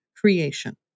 creation